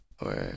Right